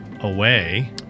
away